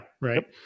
Right